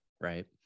right